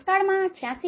દુષ્કાળમાં 86